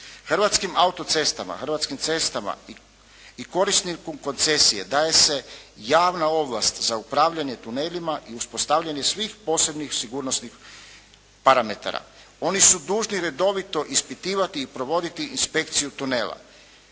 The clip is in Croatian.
Hrvatskim cestama i korisniku koncesije daje se javna ovlast za upravljanje tunelima i uspostavljanje svih posebnih sigurnosnih parametara. Oni su dužni redovito ispitivati i provoditi inspekciju tunela,